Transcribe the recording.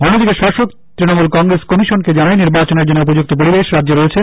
অন্যদিকে শাসক তৃনমূল কংগ্রেস কমিশনকে জানায় নির্বাচনের জন্য উপযুক্ত পরিবেশ রাজ্যে রয়েছে